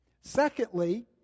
Secondly